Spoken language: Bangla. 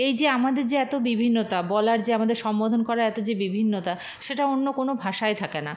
এই যে আমাদের যে এত বিভিন্নতা বলার যে আমাদের সম্বোধন করার এত যে বিভিন্নতা সেটা অন্য কোনো ভাষায় থাকে না